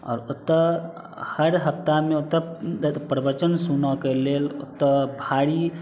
आओर ओतऽ हर हप्ताहमे ओतऽ प्रवचन सुनऽके लेल ओतऽ भारी